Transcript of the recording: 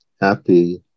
happy